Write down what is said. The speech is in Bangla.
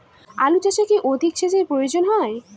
আলু চাষে কি অধিক সেচের প্রয়োজন?